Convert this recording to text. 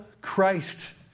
Christ